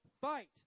fight